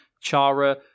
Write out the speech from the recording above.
Chara